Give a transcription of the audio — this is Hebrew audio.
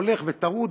הולך וטרוד.